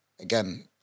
again